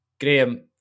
Graham